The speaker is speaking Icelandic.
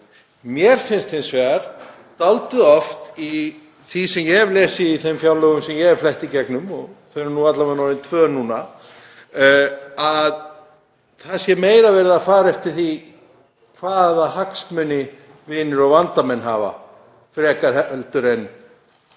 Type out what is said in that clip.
Mér finnst hins vegar dálítið oft í því sem ég hef lesið í þeim fjárlögum sem ég hef flett í gegnum, og þau eru alla vega orðin tvö stykki núna, að það sé meira verið að fara eftir því hvaða hagsmuni vinir og vandamenn hafa heldur en